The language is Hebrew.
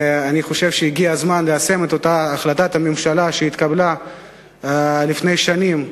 ואני חושב שהגיע הזמן ליישם את אותה החלטת ממשלה שהתקבלה לפני שנים.